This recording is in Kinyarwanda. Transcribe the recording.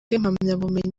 impamyabumenyi